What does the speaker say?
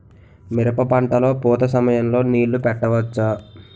మిరప పంట లొ పూత సమయం లొ నీళ్ళు పెట్టవచ్చా?